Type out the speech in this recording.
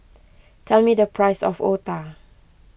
tell me the price of Otah